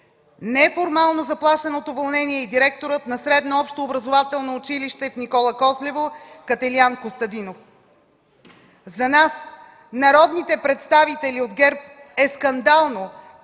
Неформално заплашен от уволнение е и директорът на Средно общообразователно училище в Никола Козлево Кателиян Костадинов. За нас, народните представители от ГЕРБ, е скандално,